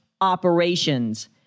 operations